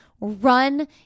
run